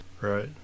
right